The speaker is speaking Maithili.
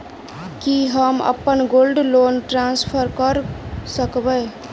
की हम अप्पन गोल्ड लोन ट्रान्सफर करऽ सकबै?